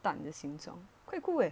蛋的形状 quite cool eh